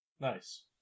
Nice